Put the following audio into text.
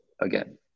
again